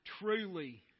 truly